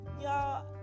y'all